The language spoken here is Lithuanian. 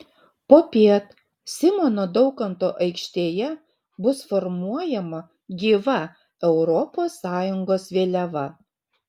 popiet simono daukanto aikštėje bus formuojama gyva europos sąjungos vėliava